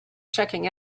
checking